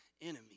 enemy